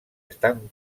estan